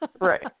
Right